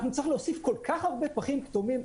אנחנו נצטרך להוסיף כל כך הרבה פחים כתומים,